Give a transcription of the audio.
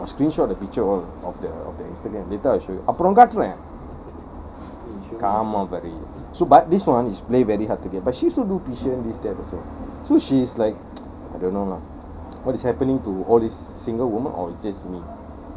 I got screenshot the picture of of the of the instagram later I'll show you அபரம் காட்றேன்:aparam kaatrean but this one is play very hard to get but she's also so she's like I don't know lah what is happening to all these single women or it's just me